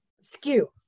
skew